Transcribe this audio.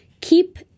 Keep